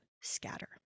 scatter